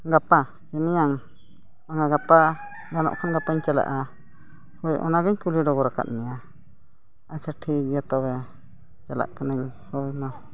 ᱜᱟᱯᱟ ᱥᱮ ᱢᱮᱭᱟᱝ ᱚᱱᱟ ᱜᱟᱯᱟ ᱜᱟᱱᱚᱜ ᱠᱷᱟᱱ ᱜᱟᱯᱟᱧ ᱪᱟᱞᱟᱜᱼᱟ ᱦᱳᱭ ᱚᱱᱟᱜᱤᱧ ᱠᱩᱞᱤ ᱰᱚᱜᱚᱨ ᱠᱟᱜ ᱢᱮᱭᱟ ᱟᱪᱪᱷᱟ ᱴᱷᱤᱠ ᱜᱮᱭᱟ ᱛᱚᱵᱮ ᱪᱟᱞᱟᱜ ᱠᱟᱹᱱᱟᱹᱧ ᱦᱳᱭ ᱢᱟ